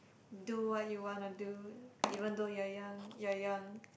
do what you wanna do even though you're young you're young